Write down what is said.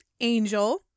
Angel